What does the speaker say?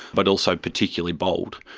but also particularly bold.